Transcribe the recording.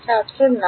ছাত্র না